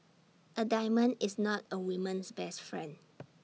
A diamond is not A woman's best friend